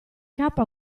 capo